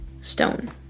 stone